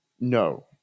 No